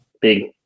big